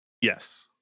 Yes